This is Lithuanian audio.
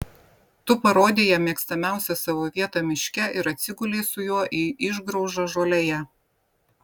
tu parodei jam mėgstamiausią savo vietą miške ir atsigulei su juo į išgraužą žolėje